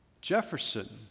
Jefferson